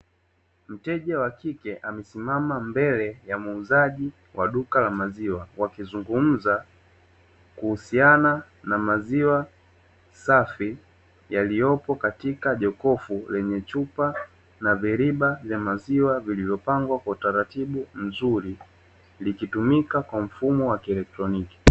Mteja wa kike amesimama mbele ya muuzaji wa duka la maziwa, wakizungumza kuhusiana na maziwa safi yaliyopo katika jokofu lenye chupa, na viriba vya maziwa vilivyopangwa kwa utaratibu mzuri likitumika kwa mfumo wa kielektroniki.